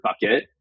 bucket